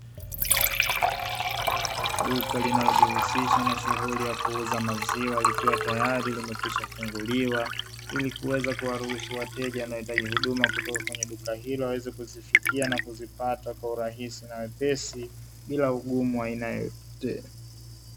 Duka linalojihusisha na shughuli ya kuuza maziwa likiwa tayari limekwisha funguliwa, ili kuweza kuwaruhusu wateja wanaohitaji huduma kutoka kwenye duka hilo waweze kuzifikia na kuzipata kwa urahisi na wepesi bila ugumu wa aina yoyote.